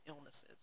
illnesses